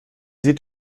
sieht